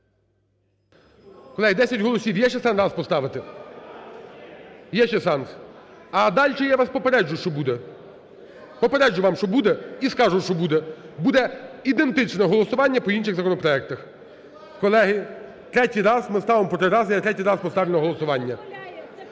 Колеги, 10 голосів, є ще сенс раз поставити? Є ще сенс. А далі я вас попереджу, що буде. Попереджу вам, що буде і скажу, що буде, буде ідентичне голосування по інших законопроектах. Колеги, третій раз, ми ставимо по три рази, я третій раз поставлю на голосування.